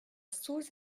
sous